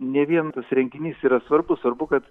ne vien tas renginys yra svarbus svarbu kad